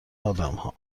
آدمها